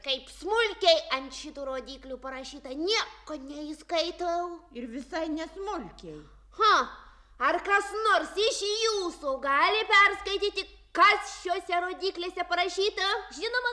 kaip smulkiai ant šitų rodyklių parašyta nieko neišskaitau ir ha ar kas nors iš jūsų gali perskaityti kas šiose rodyklėse parašyta žinoma